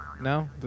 No